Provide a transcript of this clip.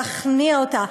להכניע אותה,